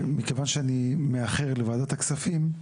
מכיוון שאני מאחר לוועדת הכספים,